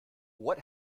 what